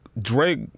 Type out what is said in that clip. Drake